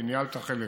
כי ניהלת חלק